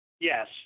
Yes